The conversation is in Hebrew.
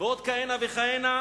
ועוד כהנה וכהנה,